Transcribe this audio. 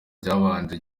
byabanje